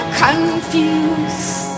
confused